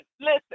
listen